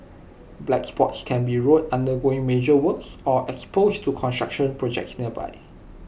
black spots can be roads undergoing major works or exposed to construction projects nearby